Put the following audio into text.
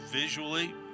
visually